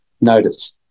notice